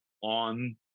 on